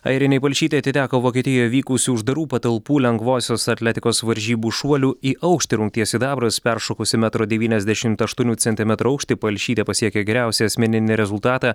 airinei palšytei atiteko vokietijoje vykusių uždarų patalpų lengvosios atletikos varžybų šuolių į aukštį rungties sidabras peršokusi metro devyniasdešimt aštuonių centimetrų aukštį palšytė pasiekė geriausią asmeninį rezultatą